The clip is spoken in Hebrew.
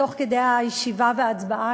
תוך כדי הישיבה וההצבעה,